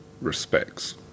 respects